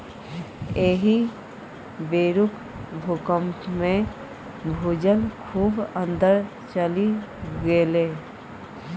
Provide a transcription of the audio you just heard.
एहि बेरुक भूकंपमे भूजल खूब अंदर चलि गेलै